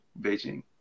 Beijing